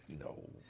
No